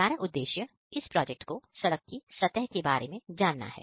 हमारा उद्देश्य इस प्रोजेक्ट को सड़क की सतह के बारे में जानना है